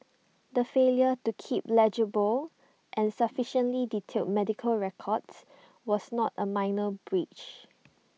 the failure to keep legible and sufficiently detailed medical records was not A minor breach